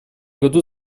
году